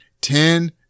Ten